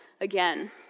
again